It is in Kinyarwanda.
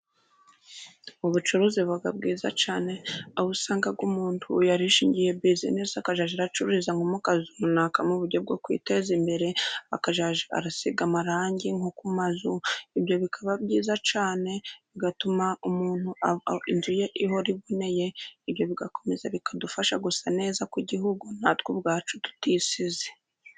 Ubucuruzi buba bwiza cyane, aho usanga umuntu yarishingiye bizinesi akazajya acururiza mukazu runaka, mu buryo bwo kwiteza imbere, akazajya arasiga amarangi nko ku mazu ibyo bikaba byiza cyane, bigatuma umuntu inzu ye ihora iboneneye, ibyo bikakomeza bikadufasha gusa neza ku gihugu natwe ubwacu tutisize.